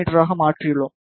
me ஆக மாற்றியுள்ளோம்